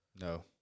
No